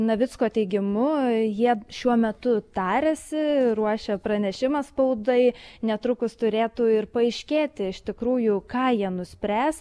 navicko teigimu jie šiuo metu tariasi ruošia pranešimą spaudai netrukus turėtų paaiškėti iš tikrųjų ką jie nuspręs